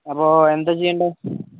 അപ്പോൾ എന്താ ചെയ്യേണ്ടത്